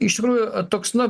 iš tikrųjų toks na